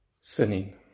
sinning